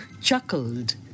chuckled